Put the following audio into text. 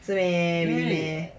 是 meh really meh